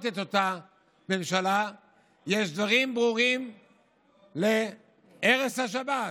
את אותה ממשלה יש דברים ברורים להרס השבת: